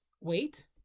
Wait